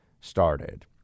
started